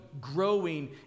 growing